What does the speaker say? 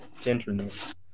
gentleness